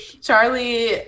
Charlie